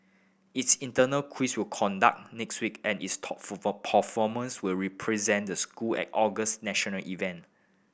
its internal quiz will conduct next week and its top performers will represent the school at August national event